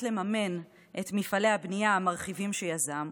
לממן את מפעלי הבנייה המרחיבים שיזם,